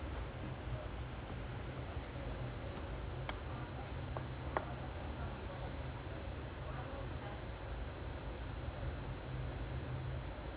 ya but I mean every manager got their own flaws but I think moorini is like moorini is like the character is not but is like interesting it's not like straight forward you know what I mean